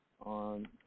on